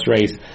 race